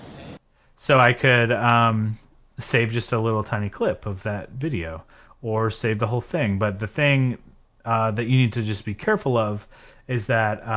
so i could um save just a little tiny clip of that video or save the whole thing but the thing that you need to just be careful of is that